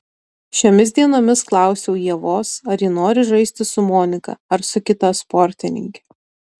šiomis dienomis klausiau ievos ar ji nori žaisti su monika ar su kita sportininke